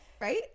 Right